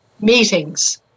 meetings